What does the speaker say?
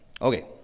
okay